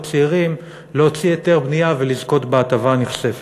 צעירים להוציא היתר בנייה ולזכות בהטבה הנכספת.